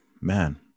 man